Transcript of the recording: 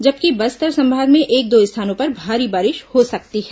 जबकि बस्तर संभाग में एक दो स्थानों पर भारी बारिश हो सकती है